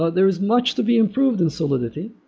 ah there is much to be improved in solidity.